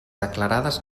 declarades